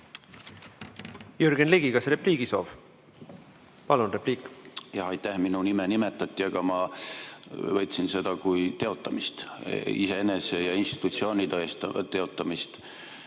Jürgen Ligi, kas repliigi soov? Palun, repliik! Jaa, aitäh! Minu nime nimetati, aga ma võtsin seda kui teotamist, iseenese ja institutsiooni teotamist.